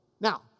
Now